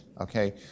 okay